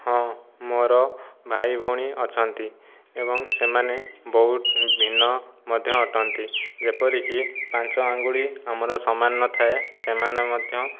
ହଁ ମୋର ଭାଇଭଉଣୀ ଅଛନ୍ତି ଏବଂ ସେମାନେ ବହୁତ ଭିନ୍ନ ମଧ୍ୟ ଅଟନ୍ତି ଯେପରି କି ପାଞ୍ଚ ଆଙ୍ଗୁଳି ଆମର ସମାନ ନଥାଏ ସେମାନେ ମଧ୍ୟ